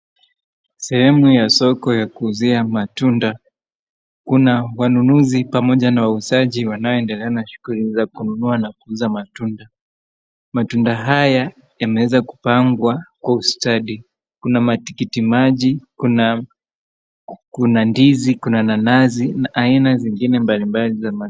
Sehemu ya soko ya kuuzia matunda. Kuna wanunuzi pamoja na wauzaji wanaoendelea na shughuli za kununua na kuuza matunda. Matunda haya yameeza kupangwa kwa ustadi. Kuna matikiti maji, kuna ndizi, kuna nanasi na aina zingine mbalimbali za matunda.